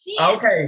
Okay